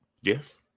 Yes